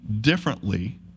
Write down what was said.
differently